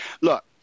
Look